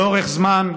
לאורך זמן,